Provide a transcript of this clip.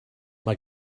mae